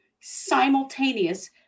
simultaneous